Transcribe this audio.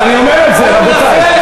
איזה ברדק?